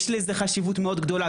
יש לזה חשיבות מאוד גדולה,